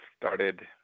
started